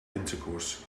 intercourse